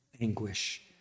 anguish